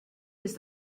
ist